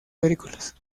agrícolas